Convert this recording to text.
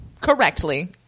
Correctly